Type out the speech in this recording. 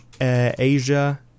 Asia